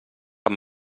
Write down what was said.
amb